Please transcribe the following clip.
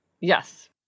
Yes